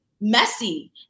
messy